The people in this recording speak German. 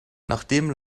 nachdem